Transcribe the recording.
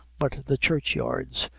but the churchyards,